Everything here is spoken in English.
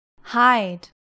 hide